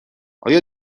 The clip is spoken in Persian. آیا